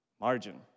Margin